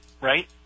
right